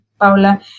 Paula